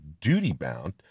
duty-bound